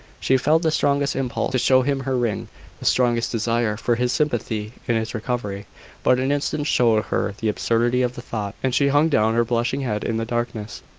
she felt the strongest impulse to show him her ring the strongest desire for his sympathy in its recovery but an instant showed her the absurdity of the thought, and she hung down her blushing head in the darkness.